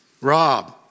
Rob